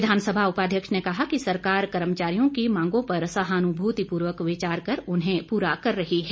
विधानसभा उपाध्यक्ष ने कहा कि सरकार कर्मचारियों की मांगों पर सहानुभूतिपूर्वक विचार कर उन्हें पूरा कर रही है